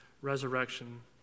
resurrection